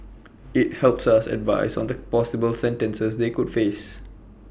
IT helps us advise clients on the possible sentences they could face